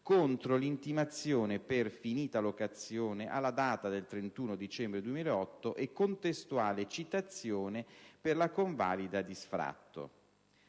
contro l'intimazione per finita locazione alla data del 31 dicembre 2008 e contestuale citazione per la convalida di sfratto.